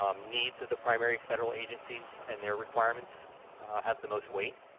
um needs of the primary federal agencies and their requirements have the most weight.